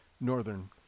Northern